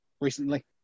recently